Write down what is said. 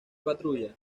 patrulla